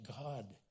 God